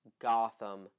Gotham